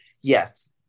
yes